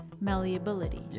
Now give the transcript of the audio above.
malleability